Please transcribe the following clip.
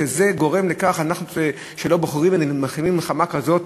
שזה גורם לכך שלא בוחרים ומכינים מלחמה כזאת